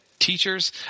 Teachers